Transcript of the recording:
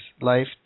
life